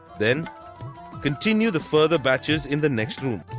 then continue the further batches in the next room.